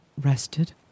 rested